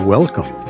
Welcome